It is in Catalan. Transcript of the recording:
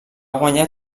guanyar